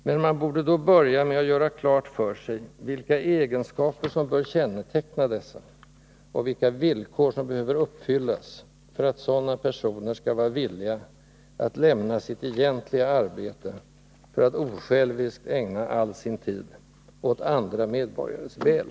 Men man borde då börja med att göra klart för sig vilka egenskaper som bör känneteckna dessa och vilka villkor som behöver uppfyllas, för att sådana personer skall vara villiga att lämna sitt egentliga arbete för att osjälviskt ägna all sin tid åt andra medborgares väl.